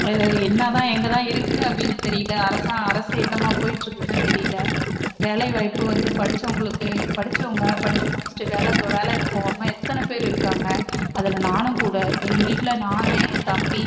என்னதான் எங்கதான் இருக்கு அப்படின்னு தெரியல அரசு அரசு என்னமாக போயிட்டுருக்குனு தெரியல வேலைவாய்ப்பு வந்து படித்தவங்களுக்கு படித்தவங்க படித்து முடித்திட்டு வேலை பா வேலைக்கு போகாம எத்தனை பேர் இருக்காங்க அதில் நானும்கூட எங்கள் வீட்டில் நான் என்தம்பி